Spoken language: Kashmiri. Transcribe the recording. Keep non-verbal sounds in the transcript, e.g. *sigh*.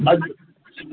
*unintelligible*